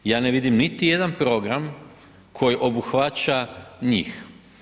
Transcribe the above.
Ja ne vidim niti jedan program koji obuhvaća njih.